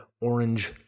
orange